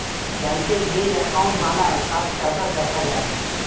ব্যাংকে যেই অ্যাকাউন্ট বানায়, তার স্ট্যাটাস দেখা যায়